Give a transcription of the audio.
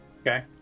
Okay